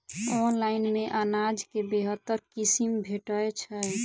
Online मे अनाज केँ बेहतर किसिम भेटय छै?